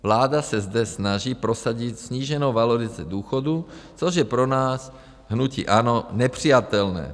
Vláda se zde snaží prosadit sníženou valorizaci důchodů, což je pro nás, hnutí ANO, nepřijatelné.